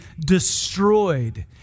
destroyed